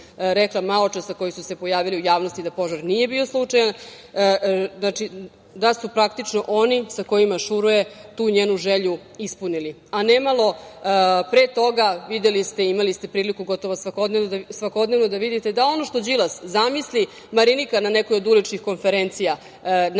rekla maločas, a koji su se pojavili u javnosti da požar nije bio slučajan, da su, praktično oni sa kojima šuruje tu njenu želju ispunili. Nemalo, pre toga, imali ste priliku, gotovo, svakodnevno da vidite da ono što Đilas zamisli, Marinika na nekoj od uličnih konferencija